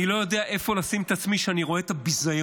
אני לא יודע איפה לשים את עצמי כשאני רואה את הביזיון,